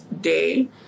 day